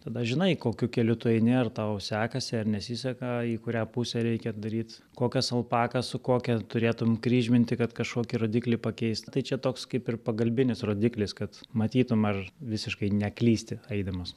tada žinai kokiu keliu tu eini ar tau sekasi ar nesiseka į kurią pusę reikia daryt kokias alpakas su kokia turėtum kryžminti kad kažkokį rodiklį pakeist tai čia toks kaip ir pagalbinis rodiklis kad matytum ar visiškai neklysti eidamas